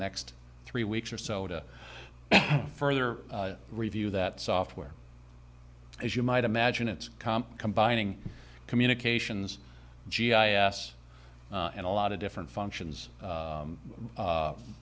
next three weeks or so to further review that software as you might imagine it's comp combining communications g i s and a lot of different functions